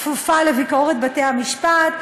כפופה לביקורת בתי-המשפט,